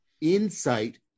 insight